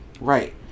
Right